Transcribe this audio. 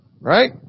Right